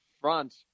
front